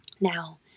Now